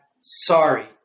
Sorry